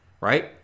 right